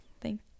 thank